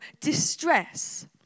distress